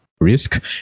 risk